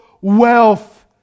wealth